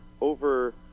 over